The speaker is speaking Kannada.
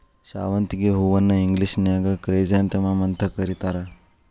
ಶಾವಂತಿಗಿ ಹೂವನ್ನ ಇಂಗ್ಲೇಷನ್ಯಾಗ ಕ್ರೈಸಾಂಥೆಮಮ್ಸ್ ಅಂತ ಕರೇತಾರ